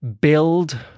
build